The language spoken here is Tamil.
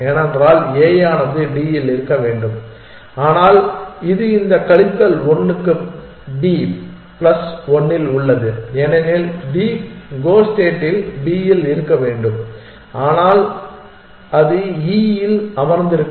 ஏனென்றால் A ஆனது D இல் இருக்க வேண்டும் ஆனால் இது இந்த கழித்தல் 1 க்கு B பிளஸ் 1 இல் உள்ளது ஏனெனில் D கோல் ஸ்டேட்டில் B இல் இருக்க வேண்டும் ஆனால் அது E இல் அமர்ந்திருக்கும்